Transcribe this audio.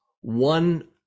one